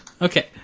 Okay